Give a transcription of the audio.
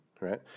right